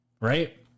Right